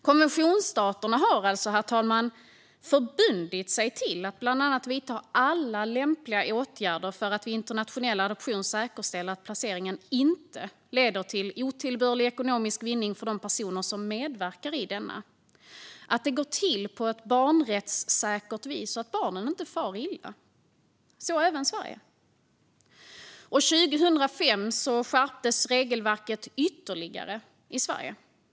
Konventionsstaterna har alltså, herr talman, förbundit sig att bland annat vidta alla lämpliga åtgärder för att vid internationell adoption säkerställa att placeringen inte leder till otillbörlig ekonomisk vinning för de personer som medverkar i denna, att det går till på ett barnrättssäkert vis och att barnen inte far illa, så även Sverige. År 2005 skärptes regelverket ytterligare i Sverige.